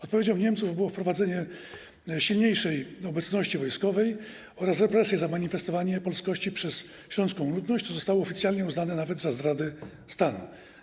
Odpowiedzią Niemców było wprowadzenie silniejszej obecności wojskowej oraz represje za manifestowanie polskości przez śląską ludność, co zostało oficjalnie uznane nawet za zdradę stanu.